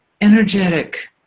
energetic